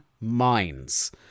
minds